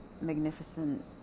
magnificent